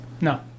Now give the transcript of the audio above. No